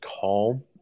calm